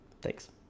Thanks